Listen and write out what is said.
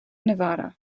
nevada